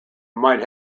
might